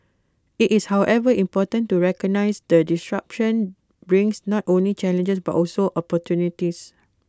IT is however important to recognise that disruption brings not only challenges but also opportunities